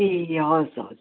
ए हवस् हवस्